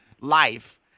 life